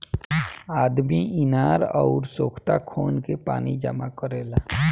आदमी इनार अउर सोख्ता खोन के पानी जमा करेला